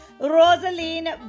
rosaline